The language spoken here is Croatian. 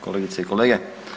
Kolegice i kolege.